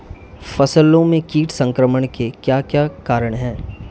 फसलों में कीट संक्रमण के क्या क्या कारण है?